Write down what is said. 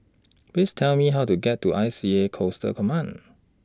Please Tell Me How to get to I C A Coastal Command